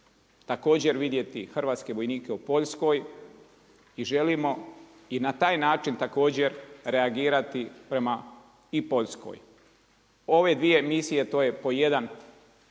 također vidjeti hrvatske vojnike u Poljskoj i želimo i na taj način također reagirati i prema Poljskoj. Ove dvije misije to je po jedan